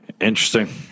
Interesting